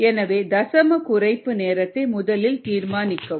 எனவே தசம குறைப்பு நேரத்தை முதலில் தீர்மானிக்கவும்